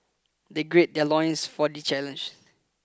they gird their loins for the challenge